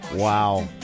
Wow